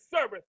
service